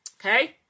Okay